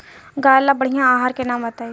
गाय ला बढ़िया आहार के नाम बताई?